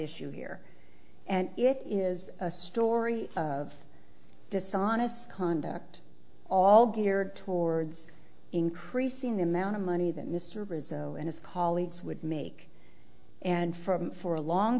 issue here and it is a story of dishonest conduct all geared towards increasing the amount of money that mr brazeau and his colleagues would make and for for a long